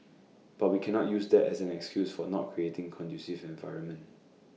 but we cannot use that as an excuse for not creating conducive environment